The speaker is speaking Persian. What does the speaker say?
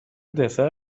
دسر